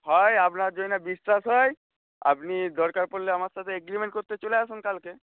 হয় আপনার যদি না বিশ্বাস হয় আপনি দরকার পড়লে আমার সাথে এগ্রিমেন্ট করতে চলে আসুন কালকে